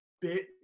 bit